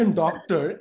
doctor